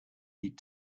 eat